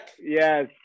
yes